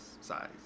size